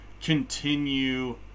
continue